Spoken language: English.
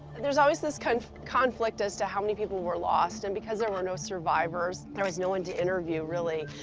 there's always this kind of conflict as to how many people were lost and because there were no survivors, there was no one to interview really,